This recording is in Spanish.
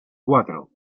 cuatro